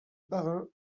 parrin